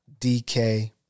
DK